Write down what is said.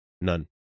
None